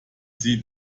sie